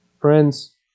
Friends